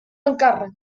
encàrrec